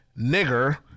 nigger